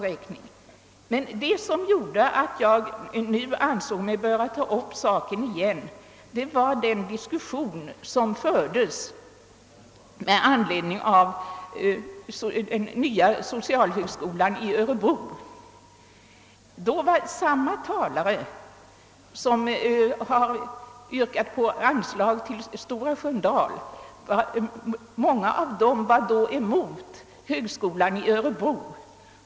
Orsaken till att jag ansåg mig på nytt böra ta upp saken var den diskussion som fördes med anledning av den nya socialhögskolan i Örebro. Många av de talare som yrkade på anslag till Stora Sköndal motsatte sig denna högskola i Örebro.